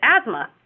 asthma